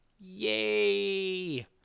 Yay